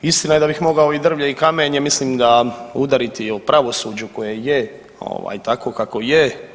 Istina je da bih mogao i drvlje i kamanje, mislim da udariti o pravosuđu koje je ovaj takvo kakvo je.